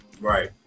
Right